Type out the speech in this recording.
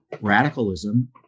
radicalism